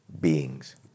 beings